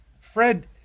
Fred